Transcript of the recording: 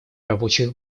рабочих